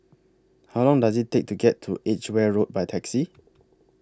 How Long Does IT Take to get to Edgeware Road By Taxi